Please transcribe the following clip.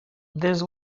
this